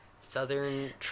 Southern